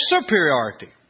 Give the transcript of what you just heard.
superiority